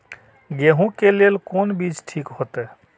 गेहूं के लेल कोन बीज ठीक होते?